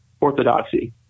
orthodoxy